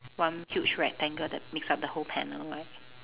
one huge rectangle that makes up the whole panel right